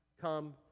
come